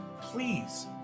Please